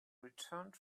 returned